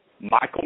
Michael